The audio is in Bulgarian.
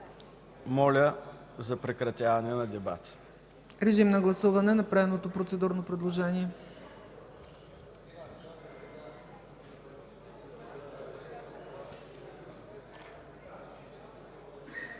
Моля за прекратяване на дебата.